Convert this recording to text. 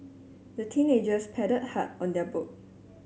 the teenagers paddled hard on their boat